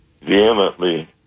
vehemently